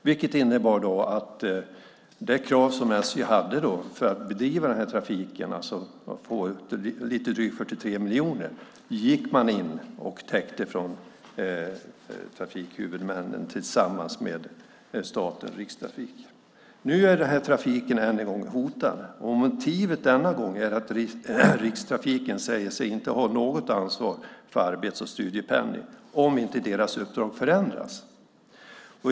Det innebar att trafikhuvudmännen tillsammans med staten och Rikstrafiken gick in och täckte det krav, alltså lite drygt 43 miljoner, som SJ hade för att bedriva den här trafiken. Trafiken är nu än en gång hotad. Motivet denna gång är att Rikstrafiken säger sig inte ha något ansvar för arbets och studiependling om inte deras uppdrag förändras.